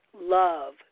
love